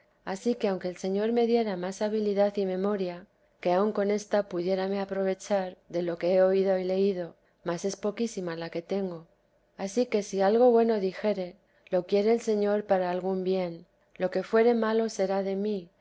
ansí que aunque el señor me diera más habilidad y memoria que aun con esta pudiérame aprovechar de lo que he oído y leído mas es poquísima la que tengo ansí que si algo bueno dijere lo quiere el señor para algún bien lo que fuere malo será de mí